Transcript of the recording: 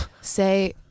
Say